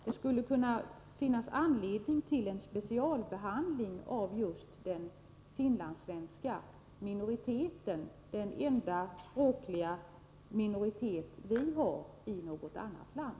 Det skulle kunna finnas anledning till en specialbehandling av just den finlandssvenska minoriteten, den enda språkliga minoritet vi har i något annat land.